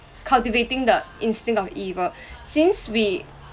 cultivating the instinct of evil since we